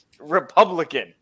Republican